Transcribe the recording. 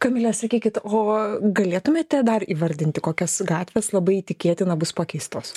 kamile sakykit o galėtumėte dar įvardinti kokios gatvės labai tikėtina bus pakeistos